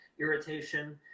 irritation